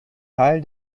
teil